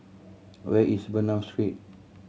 where is Bernam Street